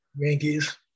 Yankees